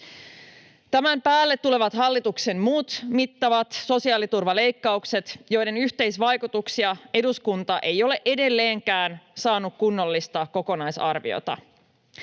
Tämän päälle tulevat hallituksen muut mittavat sosiaaliturvaleikkaukset, joiden yhteisvaikutuksista eduskunta ei ole edelleenkään saanut kunnollista kokonaisarviota.